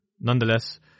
Nonetheless